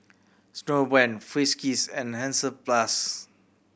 Snowbrand Friskies and Hansaplast